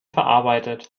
verarbeitet